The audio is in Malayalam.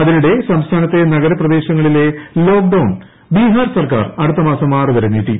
അതിനിടെ സംസ്ഥാനത്തെ നഗരപ്രദേശങ്ങളിലെ ലോക്ഡൌൺ ബിഹാർ സർക്കാർ അടുത്തമാസം ആറുവരെ നീട്ടി